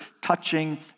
touching